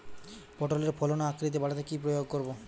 পটলের ফলন ও আকৃতি বাড়াতে কি প্রয়োগ করব?